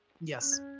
Yes